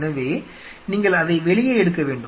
எனவே நீங்கள் அதை வெளியே எடுக்க வேண்டும்